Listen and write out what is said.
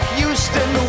Houston